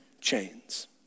chains